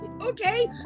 Okay